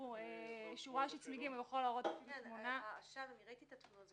ראיתי את התמונות.